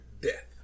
death